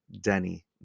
Denny